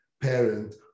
parent